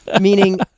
Meaning